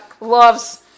loves